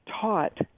taught